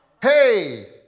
Hey